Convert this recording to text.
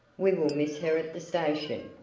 we will miss her at the station,